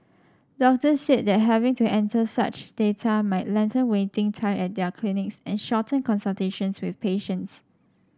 doctors said that having to enter such data might lengthen waiting time at their clinics and shorten consultations with patients